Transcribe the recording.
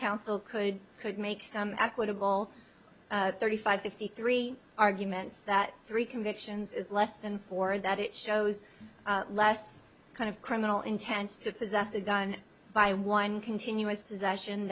counsel could could make some equitable thirty five fifty three arguments that three convictions is less than four that it shows less kind of criminal intent to possess a gun by one continuous possession